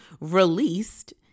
released